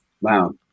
Wow